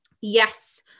Yes